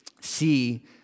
See